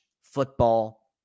football